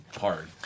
hard